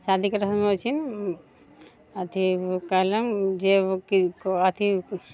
शादीके रस्म होइ छै अथी कहिलौं जे कि अथी